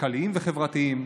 כלכליים וחברתיים,